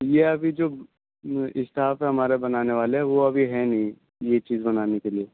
یہ ابھی جو اسٹاف تھا ہمارا بنانے والے وہ ابھی ہیں نہیں یہ چیز بنانے کے لیے